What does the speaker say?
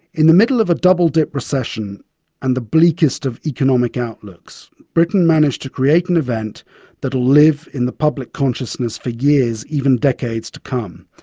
in the middle of a double-dip recession and the bleakest of economic outlooks, britain managed to create an event that will live in the public consciousness for years, even decades to come.